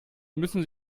müssen